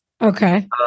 Okay